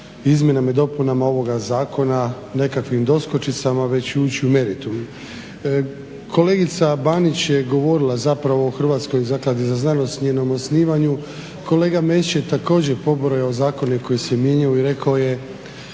izmjenama i dopunama ovoga zakona nekakvim doskočicama već ući u meritum. Kolegica Banić je govorila zapravo o Hrvatskoj zakladi za znanost, njenom osnivanju. Kolega Mesić je također pobrojao zakone koji se mijenjaju i rekao je